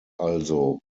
also